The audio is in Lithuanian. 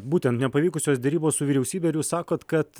būtent nepavykusios derybos su vyriausybe ir jūs sakot kad